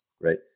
right